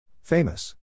famous